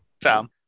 Tom